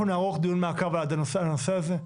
אנחנו נערוך דיון מעקב על הנושא הזה.